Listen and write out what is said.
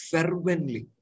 Fervently